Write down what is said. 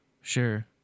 Sure